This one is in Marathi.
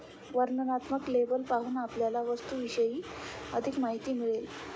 वर्णनात्मक लेबल पाहून आपल्याला वस्तूविषयी अधिक माहिती मिळेल